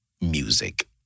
music